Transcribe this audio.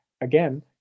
again